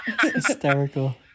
Hysterical